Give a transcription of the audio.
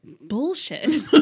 bullshit